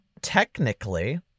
Technically